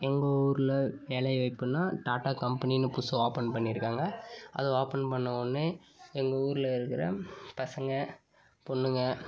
எங்கள் ஊரில் வேலை வாய்ப்புன்னா டாட்டா கம்பெனின்னு புதுசாக ஓபன் பண்ணியிருக்காங்க அதை ஓபன் பண்ண உடனே எங்கள் ஊரில் இருக்கிற பசங்கள் பொண்ணுங்கள்